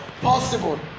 Possible